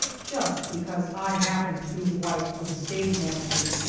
just because i happened to be the wife of the stage manager!